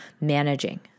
managing